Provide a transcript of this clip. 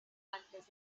antes